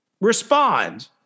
respond